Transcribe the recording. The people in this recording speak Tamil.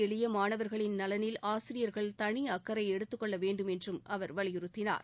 எளிய மாணவர்களின் நலனில் ஆசிரியர்கள் தனி அக்கறை எடுத்துக்கொள்ள வேண்டும் என்றும் அவர் வலியுறுத்தினார்